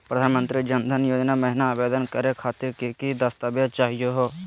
प्रधानमंत्री जन धन योजना महिना आवेदन करे खातीर कि कि दस्तावेज चाहीयो हो?